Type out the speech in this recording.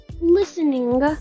listening